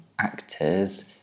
actors